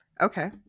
Okay